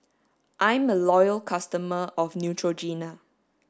I'm a loyal customer of Neutrogena